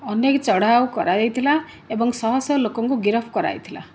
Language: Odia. ଅନେକ ଚଢ଼ାଉ କରାଯାଇଥିଲା ଏବଂ ଶହଶହ ଲୋକଙ୍କୁ ଗିରଫ କରାଯାଇଥିଲା